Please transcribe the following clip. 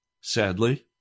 sadly